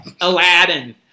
Aladdin